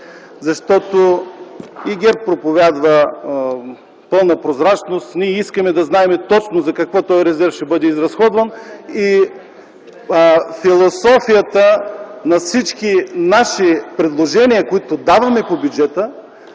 Защото и ГЕРБ проповядва пълна прозрачност. Ние искаме да знаем точно за какво ще бъде изразходван този резерв. Философията на всички наши предложения, които даваме по бюджета,